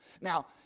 Now